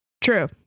True